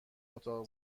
اتاق